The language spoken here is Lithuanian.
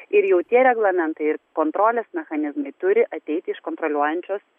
ir jau tie reglamentai ir kontrolės mechanizmai turi ateiti iš kontroliuojančios